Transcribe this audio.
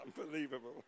unbelievable